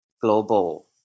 global